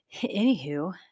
Anywho